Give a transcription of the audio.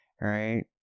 right